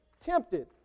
tempted